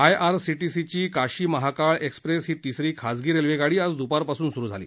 आयआरसीटीसीची Kashi Mahakal express ही तिसरी खाजगी रेल्वेगाडी आज द्पारपासून स्रु झाली